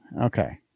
Okay